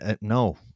no